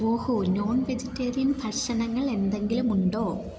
ഓഹോ non vegetarian ഭക്ഷണങ്ങൾ എന്തെങ്കിലുമുണ്ടോ